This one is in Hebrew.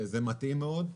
זה מתאים מאוד.